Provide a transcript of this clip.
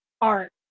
art